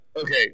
Okay